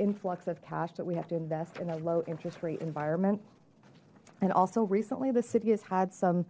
influx of cash that we have to invest in a low interest rate environment and also recently the city has had some